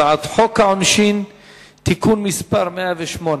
הצעת חוק העונשין (תיקון מס' 108)